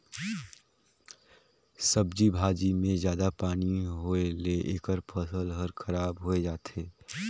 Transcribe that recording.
सब्जी भाजी मे जादा पानी होए ले एखर फसल हर खराब होए जाथे